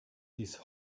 these